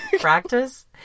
Practice